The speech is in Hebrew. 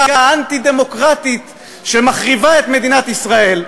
האנטי-דמוקרטית שמחריבה את מדינת ישראל,